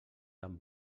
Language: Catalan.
tan